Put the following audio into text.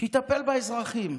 שיטפל באזרחים.